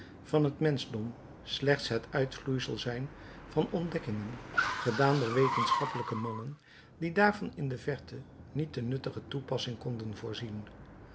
van het menschdom slechts het uitvloeisel zijn van ontdekkingen gedaan door wetenschappelijke mannen die daarvan in de verte niet de nuttige toepassing konden voorzien